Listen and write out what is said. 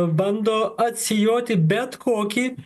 bando atsijoti bet kokį